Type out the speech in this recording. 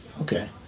okay